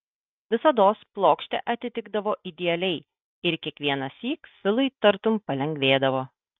visados plokštė atitikdavo idealiai ir kiekvienąsyk filui tartum palengvėdavo